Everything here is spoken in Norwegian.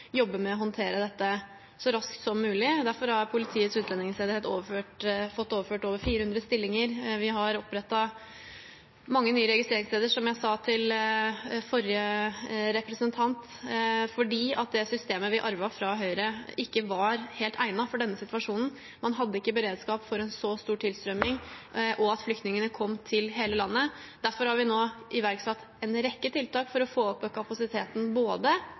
med å håndtere dette så raskt som mulig. Derfor har Politiets utlendingsenhet fått overført over 400 stillinger. Vi har opprettet mange nye registreringssteder, som jeg sa til forrige representant, fordi det systemet vi arvet fra Høyre, ikke var helt egnet for denne situasjonen. Man hadde ikke beredskap for en så stor tilstrømning og at flyktningene kom til hele landet. Derfor har vi nå iverksatt en rekke tiltak for å få opp kapasiteten, både